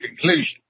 conclusion